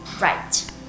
right